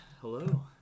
Hello